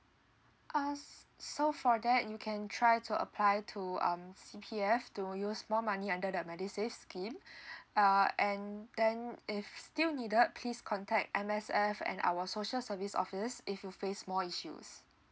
uh so for that you can try to apply to um C_P_F to use more money under the medisave scheme uh and then if still needed please contact M_S_F and our social service office if you face more issues